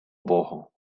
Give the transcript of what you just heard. богу